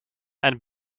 and